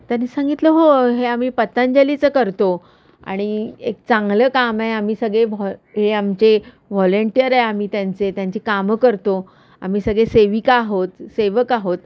त्यांनी सांगितलं हो हे आम्ही पतंजलीचं करतो आणि एक चांगलं काम आहे आम्ही सगळे भॉ हे आमचे व्हलेंटियर आहे आम्ही त्यांचे त्यांची कामं करतो आम्ही सगळे सेविका आहोत सेवक आहोत